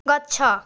ଗଛ